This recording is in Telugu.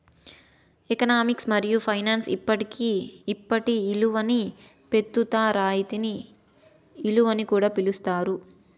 ఎకనామిక్స్ మరియు ఫైనాన్స్ ఇప్పటి ఇలువని పెస్తుత రాయితీ ఇలువని కూడా పిలిస్తారు